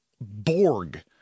Borg